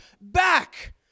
back